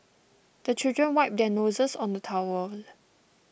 the children wipe their noses on the towel